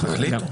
התארגנות.